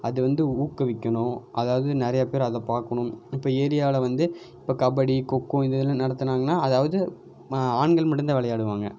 அது வந்து ஊக்குவிக்கணும் அதாவது நிறையா பேர் அதை பார்க்கணும் இப்போ ஏரியாவில் வந்து இப்போ கபடி கொக்கோ இது எல்லாம் நடத்துனாங்கன்னா அதாவது ஆண்கள் மட்டும் தான் விளையாடுவாங்க